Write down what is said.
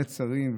נצרים,